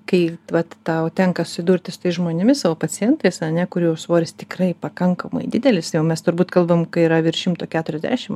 kai vat tau tenka susidurti su tais žmonėmis savo pacientais kurių svoris tikrai pakankamai didelis jau mes turbūt kalbam kai yra virš šimto keturiasdešim